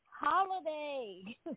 holiday